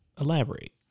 elaborate